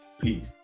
Peace